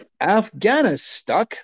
Afghanistan